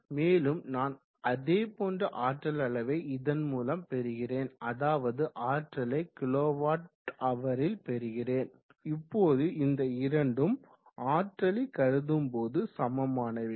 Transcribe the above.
மேலும் நான் அதேபொன்ற ஆற்றல் அளவை இதன்மூலம் பெறுகிறேன் அதாவது ஆற்றலை kWh ல் பெறுகிறேன் இப்போது இந்த இரண்டும் ஆற்றலை கருதும் போது சமமானவைகள்